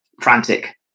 frantic